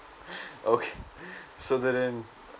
okay so they didn't